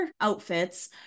outfits